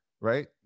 right